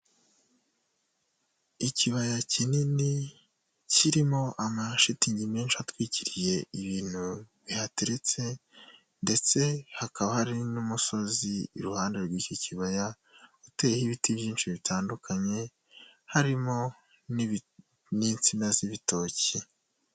Ikibaya kinini kirimo amashitingi menshi atwikiriye ibintu bihateretse ndetse hakaba hari n'umusozi iruhande rw'iki kibaya uteyeho ibiti byinshi bitandukanye harimo n'insina z'ibitoki.